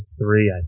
three